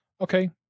Okay